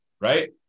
right